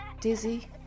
Dizzy